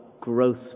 growth